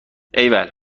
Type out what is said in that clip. ایول